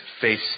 face